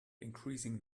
increasing